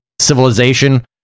civilization